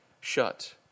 shut